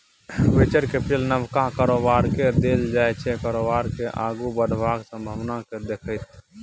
venture capital नबका कारोबारकेँ देल जाइ छै कारोबार केँ आगु बढ़बाक संभाबना केँ देखैत